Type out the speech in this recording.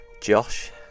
Josh